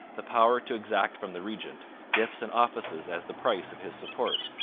the power to exact from the regent gifts and offices as the price of his support.